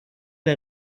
der